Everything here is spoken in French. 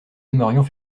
aimerions